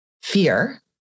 fear